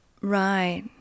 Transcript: Right